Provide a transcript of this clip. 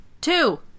Two